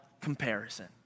comparison